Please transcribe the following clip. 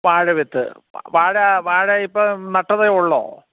വാഴവിത്ത് വാഴ വാഴ ഇപ്പം നട്ടതേ ഉള്ളോ